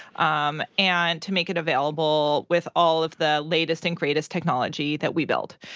um and to make it available with all of the latest and greatest technology that we build.